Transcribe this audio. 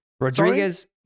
Rodriguez